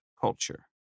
culture